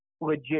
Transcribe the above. legit